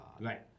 Right